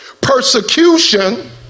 persecution